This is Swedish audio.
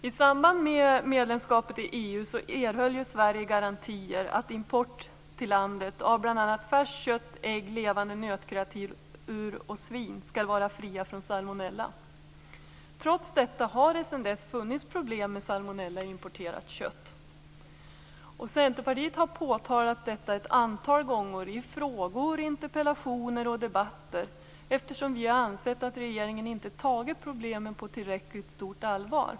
I samband med medlemskapet i EU erhöll Sverige garantier om att import till landet av bl.a. färskt kött, ägg samt levande nötkreatur och svin skall vara fria från salmonella. Trots detta har det sedan dess varit problem med salmonella i importerat kött. Vi i Centerpartiet har påtalat detta ett antal gånger i frågor, interpellationer och olika andra debatter eftersom vi ansett att regeringen inte har tagit problemen på tillräckligt stort allvar.